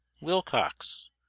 wilcox